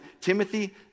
Timothy